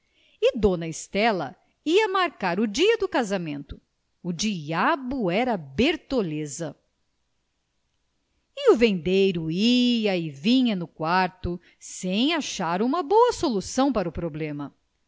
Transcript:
dona estela ia marcar o dia do casamento o diabo era a bertoleza e o vendeiro ia e vinha no quarto sem achar uma boa solução para o problema